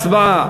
והצבעה.